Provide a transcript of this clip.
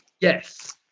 Yes